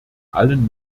allen